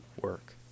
work